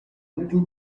little